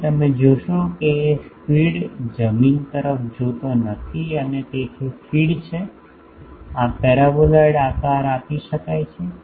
તેથી તમે જોશો કે ફીડ જમીન તરફ જોતો નથી અને તેથી ફીડ છે આ પેરાબોલોઇડ આકાર આપી શકાય છે